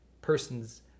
person's